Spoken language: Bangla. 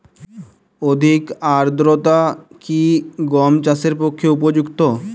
অধিক আর্দ্রতা কি গম চাষের পক্ষে উপযুক্ত?